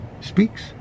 speaks